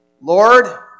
Lord